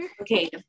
Okay